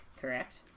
correct